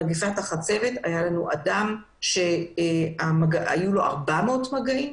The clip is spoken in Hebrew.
במגפת החצבת היה אדם שהיו לו 400 מגעים.